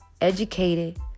educated